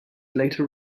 later